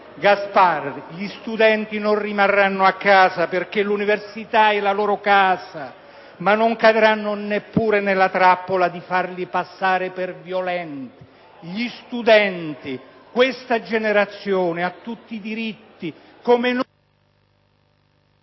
Gasparri! Gli studenti non rimarranno a casa, perché l'università è la loro casa, ma non cadranno neppure nella trappola di farsi passare per violenti: gli studenti, questa generazione, ha tutti i diritti, come la